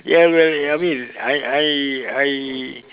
ya well I mean I I I